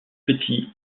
petit